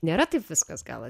nėra taip viskas gal at